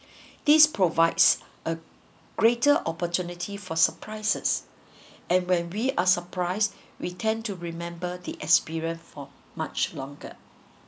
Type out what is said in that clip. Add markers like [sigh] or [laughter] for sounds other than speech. [breath] this provides a greater opportunity for surprises and when we are surprised we tend to remember the experience for much longer